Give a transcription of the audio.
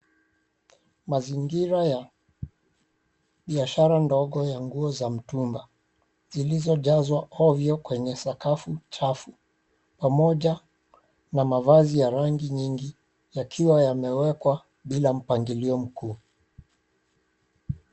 Mazingira ya biashara ndogo ya nguo za mtumba zilizojazwa ovyo kwenye sakafu chafu pamoja na mavazi ya rangi nyingi yakiwa yamewekwa bila mpangilio mkuu.